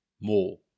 more